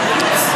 עידוד תחרות